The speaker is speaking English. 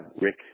Rick